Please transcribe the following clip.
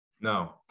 No